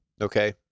Okay